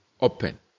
open